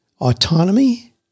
Autonomy